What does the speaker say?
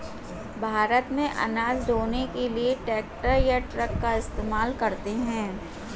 भारत में अनाज ढ़ोने के लिए ट्रैक्टर या ट्रक का इस्तेमाल करते हैं